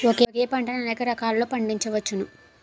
ఒకే పంటని అనేక రకాలలో పండించ్చవచ్చును